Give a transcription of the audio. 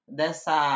dessa